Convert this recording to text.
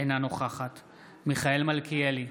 אינה נוכחת מיכאל מלכיאלי,